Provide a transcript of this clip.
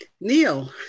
Neil